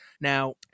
Now